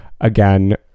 Again